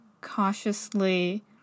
cautiously